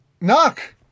knock